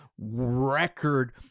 record